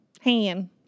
hand